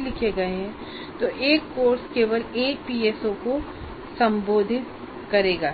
लिखे गए हैं तो एक कोर्स केवल एक पीएसओ को संबोधित करेगा